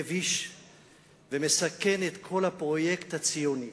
מביש ומסכן את כל הפרויקט הציוני